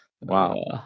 wow